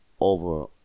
over